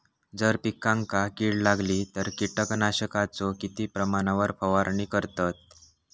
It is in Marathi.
जर पिकांका कीड लागली तर कीटकनाशकाचो किती प्रमाणावर फवारणी करतत?